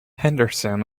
henderson